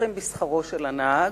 חוסכים בשכרו של הנהג,